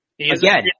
Again